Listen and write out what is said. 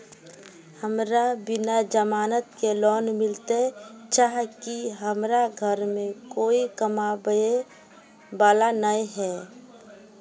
हमरा बिना जमानत के लोन मिलते चाँह की हमरा घर में कोई कमाबये वाला नय है?